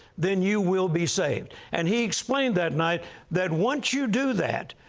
then you will be saved. and he explained that night that once you do that,